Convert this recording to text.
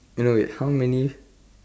no no wait how many